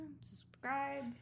subscribe